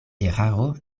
eraro